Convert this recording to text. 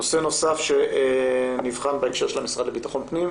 נושא נוסף שנבחן בהקשר של המשרד לביטחון פנים,